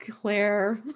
Claire